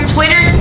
Twitter